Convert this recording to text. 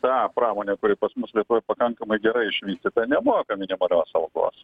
ta pramonė kuri pas mus lietuvoj pakankamai gerai išvystyta nemoka minimalios algos